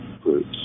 groups